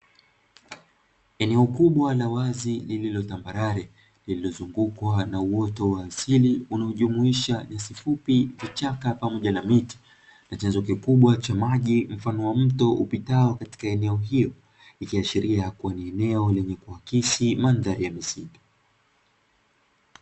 Eneo kubwa la wazi lililotambarare lililozungukwa na uoto wa asili unaojumuisha nyasi fupi, vichaka pamoja na miti na chanzo kikubwa cha maji mfano wa mto upitao katika eneo hilo, ikiashiria ni eneo lenye kuakisi mandhari ya msitu.